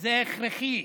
וזה הכרחי,